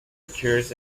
occurs